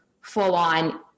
full-on